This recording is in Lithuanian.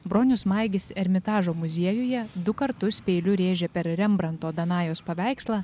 bronius maigis ermitažo muziejuje du kartus peiliu rėžė per rembranto danajos paveikslą